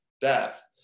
death